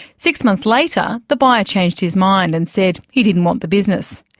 six months later the buyer changed his mind, and said he didn't want the business.